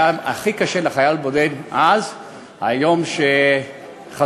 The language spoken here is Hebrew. הכי קשה לחייל בודד אז היה היום שחזרנו